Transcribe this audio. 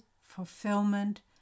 fulfillment